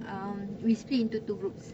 um we split into two groups